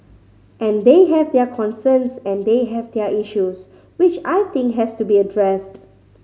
and they have their concerns and they have their issues which I think has to be addressed